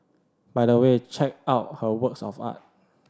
by the way check out her works of art